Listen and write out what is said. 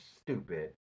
stupid